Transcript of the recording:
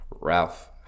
Ralph